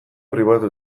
pribatu